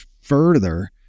further